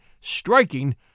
striking